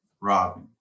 Robin